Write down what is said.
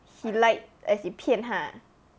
he lied as in 骗她